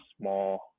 small